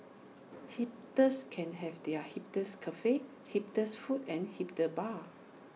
hipsters can have their hipsters cafes hipsters foods and hipster bars